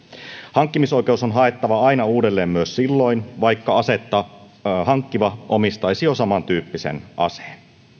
hankkimisoikeus on haettava aina uudelleen myös silloin vaikka asetta hankkiva omistaisi jo samantyyppisen aseen